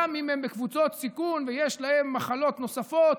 גם אם הם בקבוצות סיכון ויש להם מחלות נוספות,